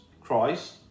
Christ